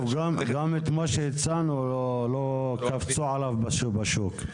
גם מה שהצענו, לא קפצו עליו בשוק.